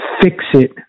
fix-it